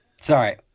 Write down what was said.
Sorry